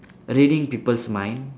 reading people's mind